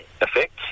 effect